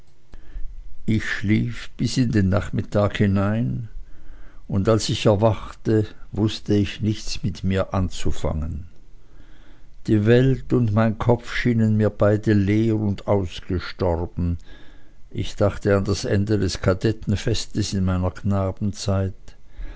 ich schlief bis in den nachmittag hinein und als ich erwachte wußte ich nichts mit mir anzufangen die welt und mein kopf schienen mir beide leer und ausgestorben ich dachte an das ende des kadettenfestes in meiner knabenzeit